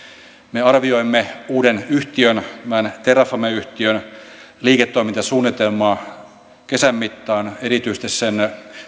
me arvioimme uuden yhtiön tämän terrafame yhtiön liiketoimintasuunnitelmaa kesän mittaan erityisesti sen